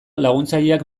laguntzaileak